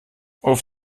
auf